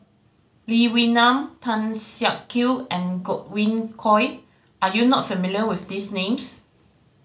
Lee Wee Nam Tan Siak Kew and Godwin Koay are you not familiar with these names